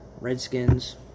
Redskins